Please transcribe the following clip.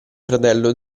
fratello